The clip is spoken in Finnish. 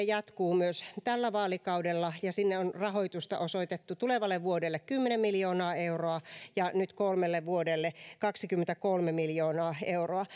jatkuu myös tällä vaalikaudella sinne on rahoitusta osoitettu tulevalle vuodelle kymmenen miljoonaa euroa ja nyt kolmelle vuodelle kaksikymmentäkolme miljoonaa euroa